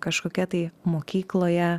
kažkokia tai mokykloje